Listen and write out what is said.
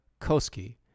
Koski